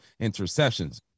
interceptions